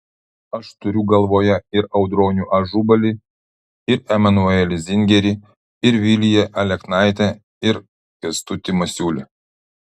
aš turiu galvoje ir audronių ažubalį ir emanuelį zingerį ir viliją aleknaitę ir kęstutį masiulį